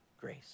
grace